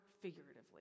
figuratively